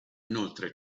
inoltre